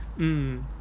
mm